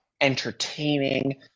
entertaining